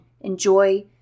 enjoy